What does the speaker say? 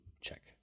check